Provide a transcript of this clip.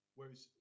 Whereas